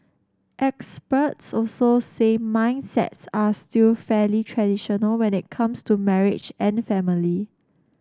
experts also say mindsets are still fairly traditional when it comes to marriage and family